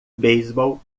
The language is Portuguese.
beisebol